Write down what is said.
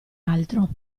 altro